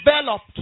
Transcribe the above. Developed